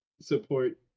support